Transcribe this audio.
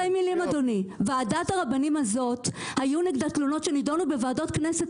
היו תלונות נגד ועדת הרבנים הזאת שנדונו בוועדות הכנסת,